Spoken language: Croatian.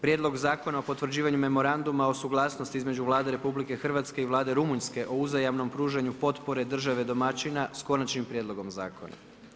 Prijedlog zakona o potvrđivanju Memoranduma o suglasnosti između Vlade RH i Vlade Rumunjske o uzajamnom pružanju potpore države domaćina sa Konačnim prijedlogom Zakona.